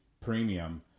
premium